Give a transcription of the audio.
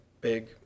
big